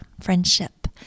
Friendship